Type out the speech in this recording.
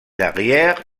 arrière